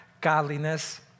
godliness